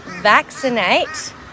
vaccinate